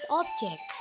object